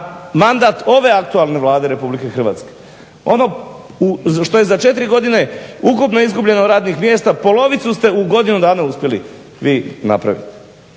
mandat ove aktualne Vlade Republike Hrvatske. Ono što je za 4 godine ukupno izgubljeno radnih mjesta polovicu ste u godinu dana uspjeli vi napraviti.